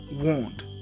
warned